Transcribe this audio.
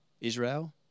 Israel